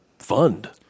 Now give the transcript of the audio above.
Fund